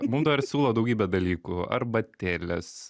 mum dar siūlo daugybę dalykų arbatėles